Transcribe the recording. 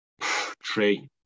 three